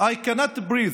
I can't breath,